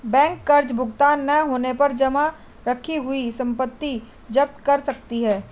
bank कर्ज भुगतान न होने पर जमा रखी हुई संपत्ति जप्त कर सकती है